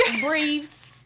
briefs